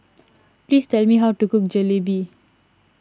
please tell me how to cook Jalebi